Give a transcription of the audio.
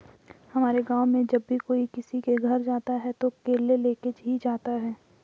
हमारे गाँव में जब भी कोई किसी के घर जाता है तो केले लेके ही जाता है